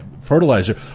fertilizer